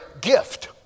gift